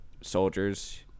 Soldiers